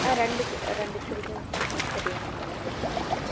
ஆ ரெண்டு ரெண்டு சில்ட்ரன்ஸுங்க சார் பெரியவங்க நாலு பேர் வராங்க சார்